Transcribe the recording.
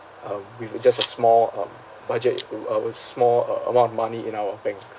um with just a small um budget with our small uh amount of money in our banks